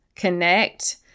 connect